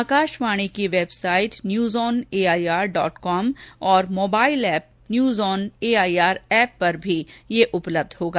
आकाशवाणी की website news on AIR dot com और mobile app news on AIR पर भी यह उपलब्ध होगा